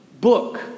book